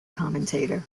commentator